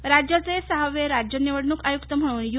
आयक्त राज्याचे सहावे राज्य निवडणूक आयुक्त म्हणून यू